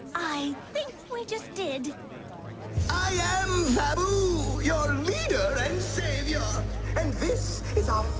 i think we just did i am babu your leader and savior and this is um